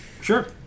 Sure